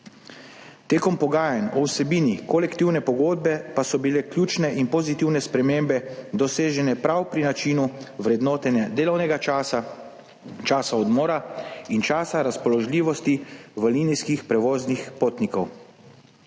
Med pogajanji o vsebini kolektivne pogodbe pa so bile ključne in pozitivne spremembe dosežene prav pri načinu vrednotenja delovnega časa, časa odmora in časa razpoložljivosti v linijskih prevozih potnikov.